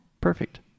Perfect